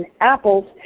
apples